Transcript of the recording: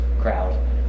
crowd